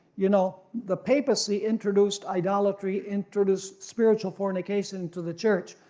you know the papacy introduced idolatry, introduced spiritual fornication to the church,